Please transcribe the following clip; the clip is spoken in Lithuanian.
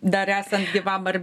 dar esant gyvam ar